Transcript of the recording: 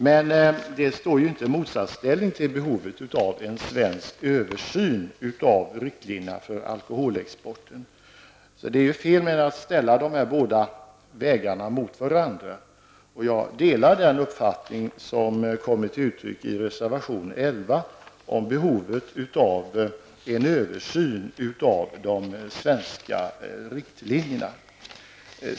Men detta står ju inte i motsatsförhållandet till behovet av en svensk översyn av riktlinjerna för alkoholexporten. Det är fel att ställa dessa båda intressen mot varandra. Jag delar den uppfattning som kommer till uttryck i reservation 11 om behovet av en översyn av de svenska riktlinjerna.